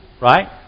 Right